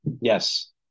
yes